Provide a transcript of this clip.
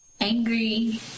angry